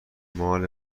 مال